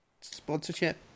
sponsorship